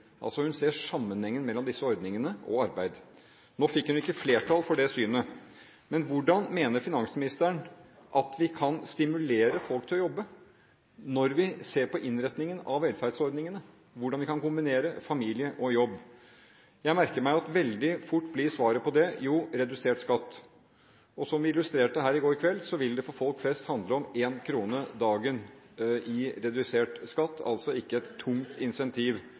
Hun ser altså sammenhengen mellom disse ordningene og arbeid. Nå fikk hun ikke flertall for det synet. Men hvordan mener finansministeren vi kan stimulere folk til å jobbe hvis vi ser på innretningen av velferdsordningene, på hvordan vi kan kombinere familie og jobb? Jeg merker meg at svaret på det veldig fort blir redusert skatt. Som vi illustrerte her i går kveld, vil det for folk flest handle om 1 kr dagen i redusert skatt – altså ikke et tungt insentiv